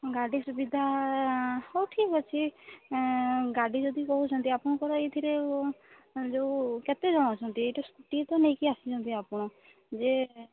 ଗାଡ଼ି ସୁବିଧା ହଉ ଠିକ୍ ଅଛି ଗାଡ଼ି ଯଦି କହୁଛନ୍ତି ଆପଣଙ୍କର ଏଇଥିରେ ଯେଉଁ କେତେ ଜଣ ଅଛନ୍ତି ଏଇ ତ ସ୍କୁଟି ତ ନେଇକି ଆସିଛନ୍ତି ଆପଣ ଯେ